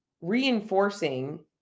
reinforcing